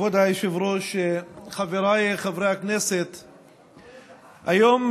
כבוד היושב-ראש, חבריי חברי הכנסת, היום,